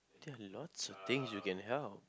there are lots of things you can help